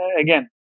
again